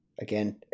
again